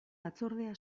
batzordea